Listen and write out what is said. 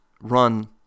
run